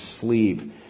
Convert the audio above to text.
sleep